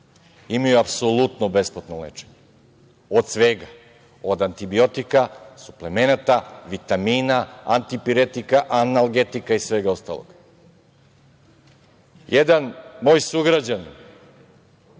imaju apsolutno besplatno lečenje od svega, od antibiotika, suplemenata, vitamina, antipiretika, analgetika i svega ostalog. Jedan moj sugrađanin,